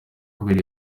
kubera